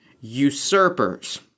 usurpers